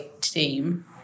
team